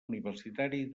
universitari